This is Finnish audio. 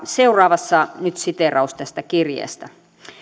seuraavassa nyt siteeraus tästä kirjeestä